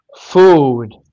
food